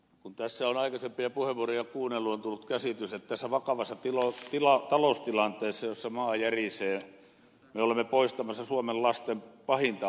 kun tässä on aikaisempia puheenvuoroja kuunnellut on tullut käsitys että tässä vakavassa taloustilanteessa jossa maa järisee me olemme poistamassa suomen lasten pahinta ongelmaa